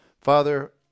Father